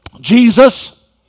Jesus